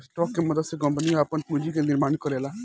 stock के मदद से कंपनियां आपन पूंजी के निर्माण करेला